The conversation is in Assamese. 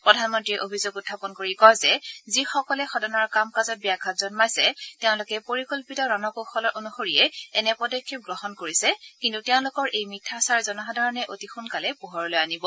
প্ৰধানমন্তীয়ে অভিযোগ উখাপন কৰি কয় যে যিসকলে সদনৰ কাম কাজত ব্যাঘাত জন্মাইছে তেওঁলোকে পৰিকল্পিত ৰণকৌশল অনুসৰিয়ে এনে পদক্ষেপ গ্ৰহণ কৰিছে কিন্তু তেওঁলোকৰ এই মিথ্যাচাৰ জনসাধাৰণে অতি সোনকালে পোহৰলৈ আনিব